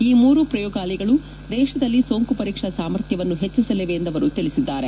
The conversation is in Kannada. ಈ ಮೂರು ಪ್ರಯೋಗಾಲಯಗಳು ದೇಶದಲ್ಲಿ ಸೋಂಕು ಪರೀಕ್ಷಾ ಸಾಮರ್ಥ್ಯವನ್ನು ಹೆಚ್ಚಿಸಲಿವೆ ಎಂದು ಅವರು ತಿಳಿಸಿದರು